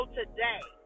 today